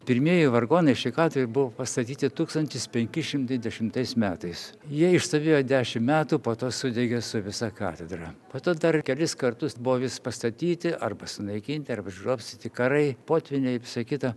pirmieji vargonai šioj katedroj buvo pastatyti tūkstantis penki šimtai dešimtais metais jie išstovėjo dešim metų po to sudegė su visa katedra po to dar kelis kartus buvo vis pastatyti arba sunaikinti arba išgrobstyti karai potvyniai visa kita